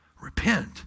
Repent